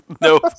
No